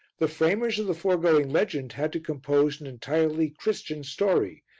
the framers of the foregoing legend had to compose an entirely christian story,